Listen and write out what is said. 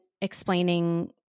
explaining